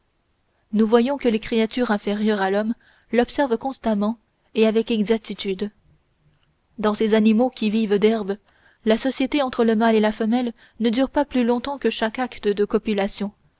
nous voyons que les créatures inférieures à l'homme l'observent constamment et avec exactitude dans ces animaux qui vivent d'herbe la société entre le mâle et la femelle ne dure pas plus longtemps que chaque acte de copulation